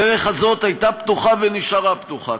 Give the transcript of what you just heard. הדרך הזאת הייתה פתוחה ונשארה פתוחה.